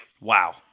Wow